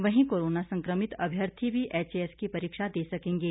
वहीं कोरोना संक्रमित अभ्यर्थी भी एचएएस की परीक्षा दे सकेंगे